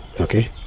okay